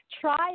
try